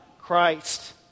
Christ